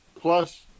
plus